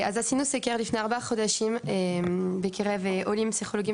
עשינו סקר לפני ארבעה חודשים בקרב עולים פסיכולוגים